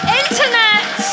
internet